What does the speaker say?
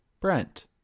Brent